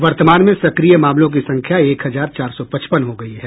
वर्तमान में सक्रिय मामलों की संख्या एक हजार चार सौ पचपन हो गई है